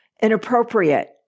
inappropriate